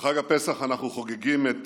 בחג הפסח אנחנו חוגגים את